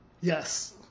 Yes